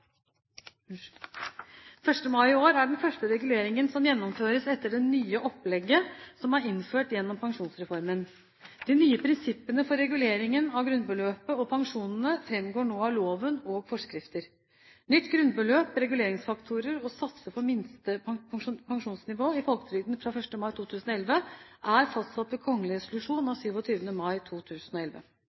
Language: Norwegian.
1. mai i år er den første reguleringen som gjennomføres etter det nye opplegget som er innført gjennom pensjonsreformen. De nye prinsippene for reguleringen av grunnbeløpet og pensjonene framgår nå av loven og forskrifter. Nytt grunnbeløp, reguleringsfaktorer og satser for minste pensjonsnivå i folketrygden fra 1. mai 2011 er fastsatt ved kgl. resolusjon av 27. mai 2011.